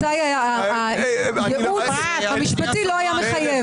מתי הייעוץ המשפטי לא היה מחייב?